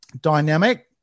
dynamic